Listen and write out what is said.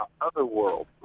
Otherworld